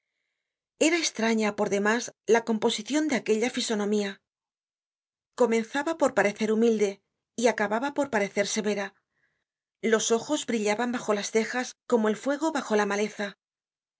era estraña por demás la composicion de aquella fisonomía comenzaba por parecer humilde y acababa por parecer severa los ojos brillaban bajo las cejas como el fuego bajo la maleza